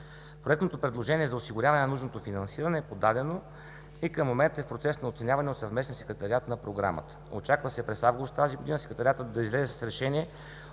Проектното предложение за осигуряване на нужното финансиране е подадено и към момента е в процес на оценяване от съвместния Секретариат на Програмата. Очаква се през август тази година Секретариатът да излезе с решение